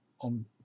on